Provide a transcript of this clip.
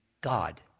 God